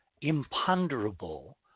imponderable